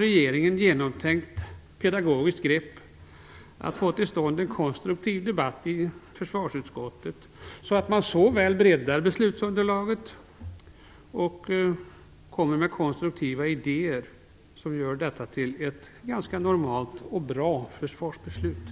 ett genomtänkt pedagogiskt grepp från regeringen för att få till stånd en konstruktiv debatt i försvarsutskottet, så att man där både breddar beslutsunderlaget och för fram konstruktiva idéer som leder fram till ett ganska normalt och bra försvarsbeslut.